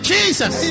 Jesus